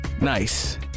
Nice